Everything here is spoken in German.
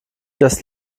das